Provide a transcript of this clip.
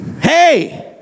Hey